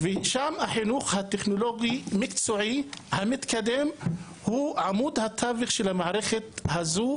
ושם החינוך הטכנולוגי מקצועי ומתקדם והוא עמוד התווך של המערכת הזו,